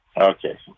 Okay